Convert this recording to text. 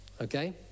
Okay